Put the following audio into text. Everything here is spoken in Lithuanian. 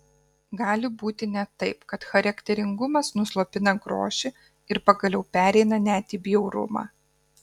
gali būti net taip kad charakteringumas nuslopina grožį ir pagaliau pereina net į bjaurumą